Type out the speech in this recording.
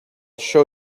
show